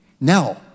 Now